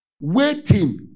Waiting